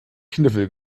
kniffel